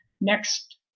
next